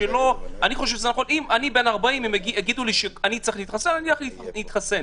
כי אני יודע שיש להם עמדה שונה.